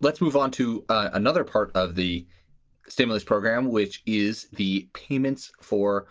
let's move on to another part of the stimulus program, which is the payments for